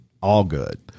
Allgood